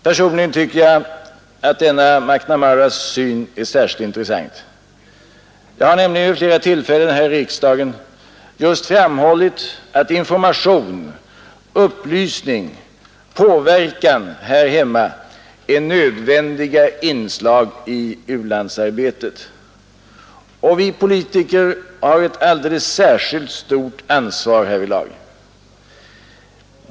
Personligen tycker jag att denna McNamaras syn är särskilt intressant. Jag har nämligen vid flera tillfällen här i riksdagen just framhållit att information, upplysning, påverkan här hemma är nödvändiga inslag i u-landsarbetet. Vi politiker har ett alldeles särskilt stort ansvar härvidlag.